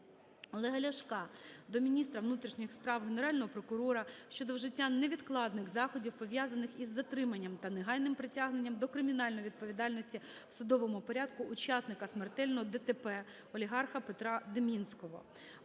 Олега Ляшка до міністра внутрішніх справ, Генерального прокурора щодо вжиття невідкладних заходів, пов'язаних із затриманням та негайним притягненням до кримінальної відповідальності в судовому порядку учасника смертельного ДТП олігарха Петра Димінського.